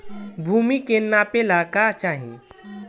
भूमि के नापेला का चाही?